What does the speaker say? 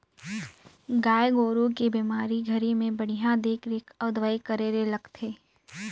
गाय गोरु के बेमारी घरी में बड़िहा देख रेख अउ दवई करे ले लगथे